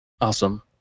Awesome